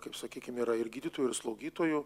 kaip sakykim yra ir gydytojų ir slaugytojų